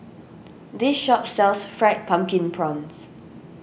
this shop sells Fried Pumpkin Prawns